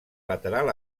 lateral